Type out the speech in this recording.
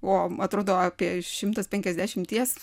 o atrodo apie šimtas penkiasdešimties